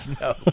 No